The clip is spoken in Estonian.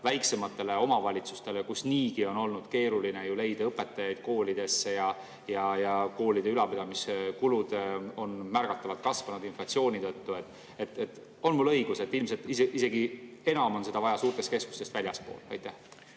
väiksematele omavalitsustele, kus niigi on olnud keeruline leida õpetajaid koolidesse ja koolide ülalpidamiskulud on märgatavalt kasvanud inflatsiooni tõttu? On mul õigus, et ilmselt isegi enam on seda vaja suurtest keskustest väljaspool? Aitäh,